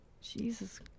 Jesus